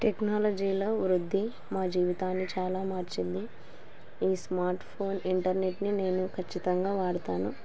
టెక్నాలజీలో వృద్ధి మా జీవితాన్ని చాలా మార్చింది ఈ స్మార్ట్ఫోన్ ఇంటర్నెట్ని నేను ఖచ్చితంగా వాడుతాను